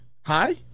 Hi